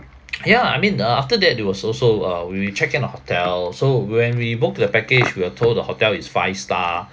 ya I mean the a~ after that it was also uh when we check in the hotel so when we booked to the package we were told the hotel is five star